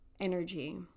energy